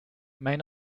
main